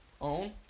own